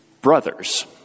brothers